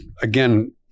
again